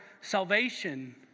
salvation